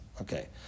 Okay